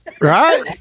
right